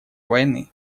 войны